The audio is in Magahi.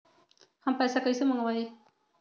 हम पैसा कईसे मंगवाई?